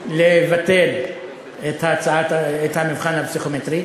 לבטל את המבחן הפסיכומטרי.